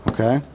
Okay